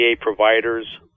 providers